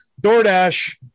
DoorDash